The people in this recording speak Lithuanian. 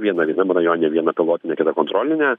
vieną vienam rajone vieną pilotinę kitą kontrolinę